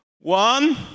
One